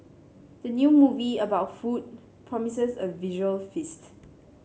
the new movie about food promises a visual feast